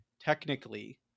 technically